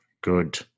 Good